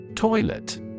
Toilet